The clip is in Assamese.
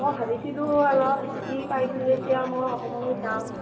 মই ভাবিছিলোঁ অলপ ছুটি পাইছোঁ যেতিয়া মই অসমলৈ যাম